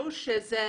אותה.